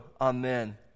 amen